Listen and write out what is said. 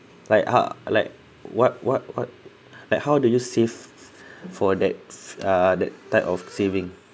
like how like what what what like how do you save for that's uh that type of saving